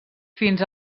fins